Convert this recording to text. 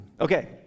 Okay